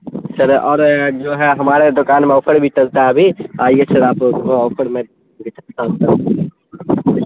سر اور جو ہے ہمارے دکان میں آفر بھی چلتا ہے ابھی آئیے سر آپ کو آفر میں دکھاتا ہوں سر